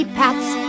pats